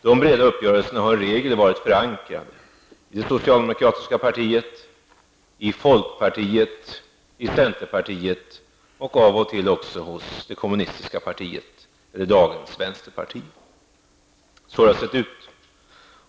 Dessa breda uppgörelser har i regel varit förankrade i det socialdemokratiska partiet, i folkpartiet, i centerpartiet och av och till också i det kommunistiska partiet, i dag vänsterpartiet. Så har det sett ut.